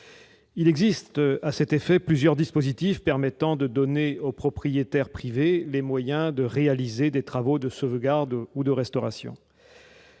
Il existe, à cette fin, plusieurs dispositifs permettant de donner aux propriétaires privés les moyens de réaliser des travaux de sauvegarde ou de restauration.